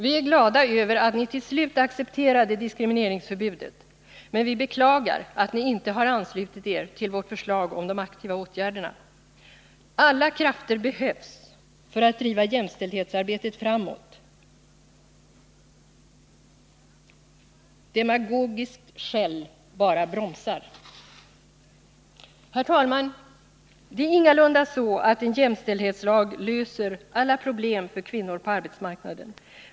Vi är glada över att ni till slut accepterade diskrimineringsförbudet, men vi beklagar att ni inte har anslutit er till vårt förslag om de aktiva åtgärderna. Alla krafter behövs för att driva jämställdhetsarbetet framåt. Demagogiskt skäll bara bromsar detta arbete. Herr talman! Det är ingalunda så att en jämställdhetslag löser alla problem för kvinnor på arbetsmarknaden.